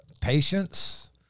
Patience